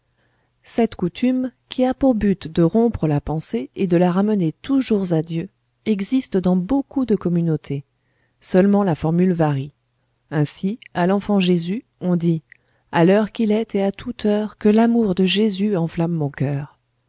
cette coutume qui a pour but de rompre la pensée et de la ramener toujours à dieu existe dans beaucoup de communautés seulement la formule varie ainsi à lenfant jésus on dit à l'heure qu'il est et à toute heure que l'amour de jésus enflamme mon coeur